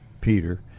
Peter